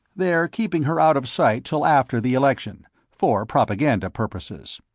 they're keeping her out of sight till after the election, for propaganda purposes.